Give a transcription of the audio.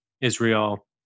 Israel